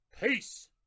Peace